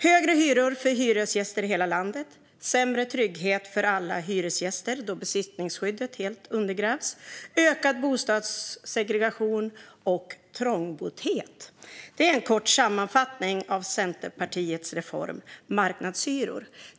Högre hyror för hyresgäster i hela landet, sämre trygghet för alla hyresgäster då besittningsskyddet helt undergrävs, ökad bostadssegregation och trångboddhet är en kort sammanfattning av Centerpartiets reform med marknadshyror.